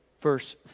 verse